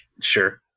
sure